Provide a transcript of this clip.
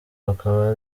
bakaba